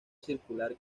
circular